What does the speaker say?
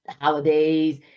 holidays